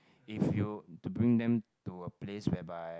if you to bring them to a place whereby